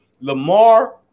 Lamar